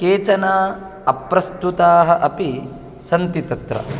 केचन अप्रस्तुताः अपि सन्ति तत्र